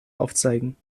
aufzeigen